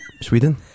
Sweden